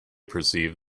perceived